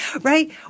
right